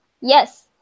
Yes